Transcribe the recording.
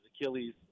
Achilles